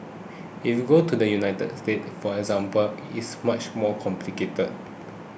if you go to the United States for example it is much more complicated